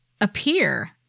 appear